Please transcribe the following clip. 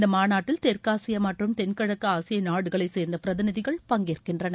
இந்த மாநாட்டில் தெற்காசிய மற்றம் தென்கிழக்கு ஆசிய நாடுகளைச் சேர்ந்த பிரதிநிதிகள் பங்கேற்கின்றனர்